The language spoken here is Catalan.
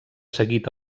seguit